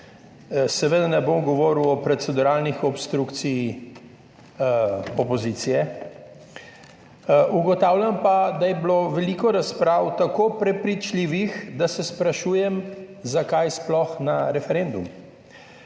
Seveda ne bom govoril o proceduralni obstrukciji opozicije. Ugotavljam pa, da je bilo veliko razprav tako prepričljivih, da se sprašujem zakaj sploh na referendum.